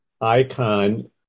icon